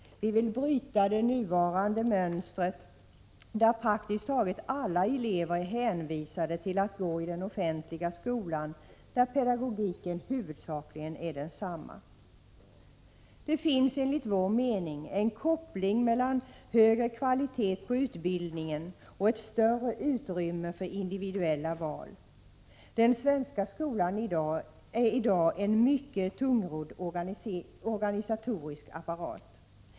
Vi vill bryta det nuvarande mönstret, där praktiskt taget alla elever är hänvisade till att gå i den offentliga skolan, där pedagogiken huvudsakligen är densamma. Det finns enligt vår mening en koppling mellan högre kvalitet på utbildningen och ett större utrymme för individuella val. Den svenska skolan äridag en mycket tungrodd organisatorisk apparat.